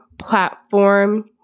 platform